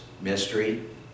mystery